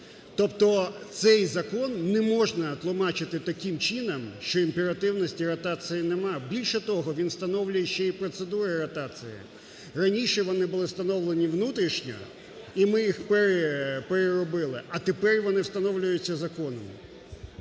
Тобто цей закон не можна тлумачити таким чином, що імперативності ротації немає. Більше того, він встановлює ще і процедури ротації. Раніше вони були встановлені внутрішньо, і ми їх переробили, а тепер вони встановлюються законами.